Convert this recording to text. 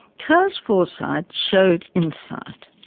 carr's foresight showed insight.